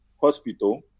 hospital